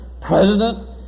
president